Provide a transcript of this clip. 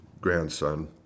grandson